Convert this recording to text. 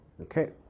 okay